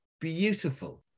beautiful